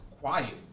quiet